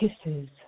kisses